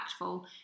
impactful